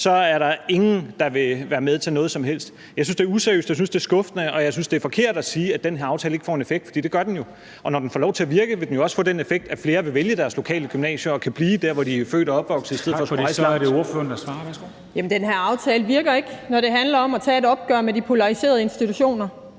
er der ingen, der vil være med til noget som helst. Jeg synes, det er useriøst, og jeg synes, det er skuffende, og jeg synes, det er forkert at sige, at den her aftale ikke får en effekt, for det gør den jo. Og når den får lov til at virke, vil den også få den effekt, at flere vil vælge deres lokale gymnasie og kan blive der, hvor de er født og opvokset, i stedet for at skulle rejse langt. Kl. 09:37 Formanden (Henrik Dam Kristensen): Tak for det. Så er det ordføreren, der